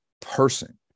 person